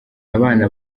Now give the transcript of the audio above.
abana